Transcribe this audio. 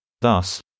Thus